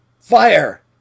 FIRE